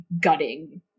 gutting